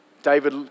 David